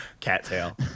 cattail